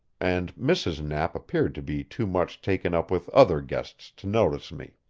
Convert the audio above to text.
and mrs. knapp appeared to be too much taken up with other guests to notice me.